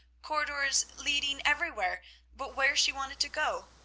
corridors leading everywhere but where she wanted to go,